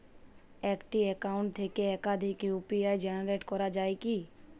একটি অ্যাকাউন্ট থেকে একাধিক ইউ.পি.আই জেনারেট করা যায় কি?